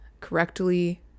correctly